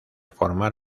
formar